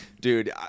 dude